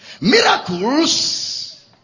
Miracles